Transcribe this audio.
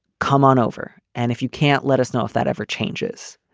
come on over. and if you can't let us know if that ever changes,